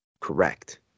correct